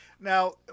Now